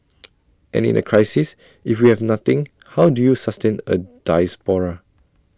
and in A crisis if we have nothing how do you sustain A diaspora